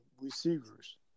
receivers